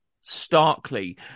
starkly